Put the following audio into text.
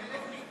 חלק מאיתנו.